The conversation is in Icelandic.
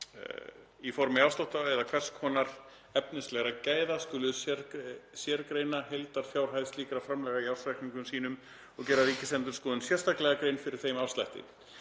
í formi afslátta eða hvers konar efnislegra gæða, skulu sérgreina heildarfjárhæð slíkra framlaga í ársreikningum sínum og gera Ríkisendurskoðun sérstaklega grein fyrir þeim afslætti.